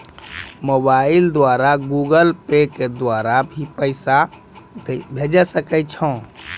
Mobile द्वारा Google Pay के द्वारा भी पैसा भेजै सकै छौ?